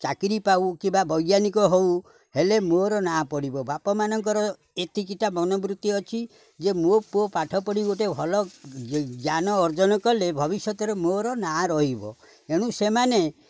ଚାକିରି ପାଉ କିମ୍ବା ବୈଜ୍ଞାନିକ ହଉ ହେଲେ ମୋର ନାଁ ପଡ଼ିବ ବାପାମାନଙ୍କର ଏତିକିଟା ମନବୃତ୍ତି ଅଛି ଯେ ମୋ ପୁଅ ପାଠ ପଢ଼ି ଗୋଟେ ଭଲ ଜ୍ଞାନ ଅର୍ଜନ କଲେ ଭବିଷ୍ୟତରେ ମୋର ନାଁ ରହିବ ଏଣୁ ସେମାନେ